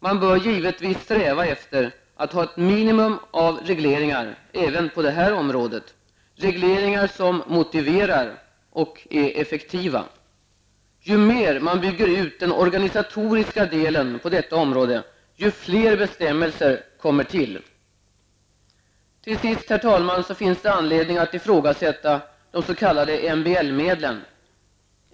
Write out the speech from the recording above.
Man bör givetvis sträva efter att ha ett minimum av regleringar, även på detta område, regleringar som motiverar och är effektiva. Ju mer man bygger ut den organisatoriska delen på detta område, desto fler bestämmelser kommer till. Till sist, herr talman, finns det anledning att ifrågasätta de s.k. MBL-medlen.